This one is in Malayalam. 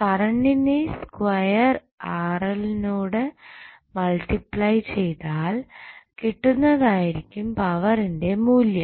കറണ്ടിന്റെ സ്ക്വയർ നോട് മൾട്ടിപ്ലൈ ചെയ്താൽ കിട്ടുന്നതായിരിക്കും പവറിന്റെ മൂല്യം